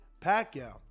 Pacquiao